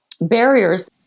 Barriers